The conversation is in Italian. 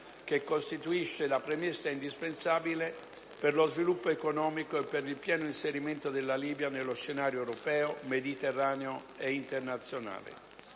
costituisce la premessa indispensabile per lo sviluppo economico e per il pieno inserimento della Libia nello scenario europeo, mediterraneo ed internazionale.